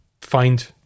find